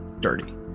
dirty